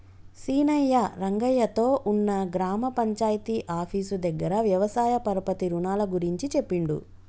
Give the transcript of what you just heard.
సీనయ్య రంగయ్య తో ఉన్న గ్రామ పంచాయితీ ఆఫీసు దగ్గర వ్యవసాయ పరపతి రుణాల గురించి చెప్పిండు